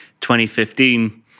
2015